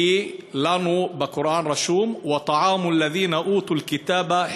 כי לנו בקוראן כתוב: (אומר בערבית: "ומותרים לכם מאכלותיהם